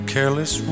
careless